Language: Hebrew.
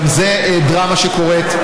גם זו דרמה שקורית.